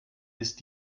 ist